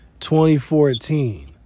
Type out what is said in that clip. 2014